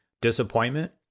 disappointment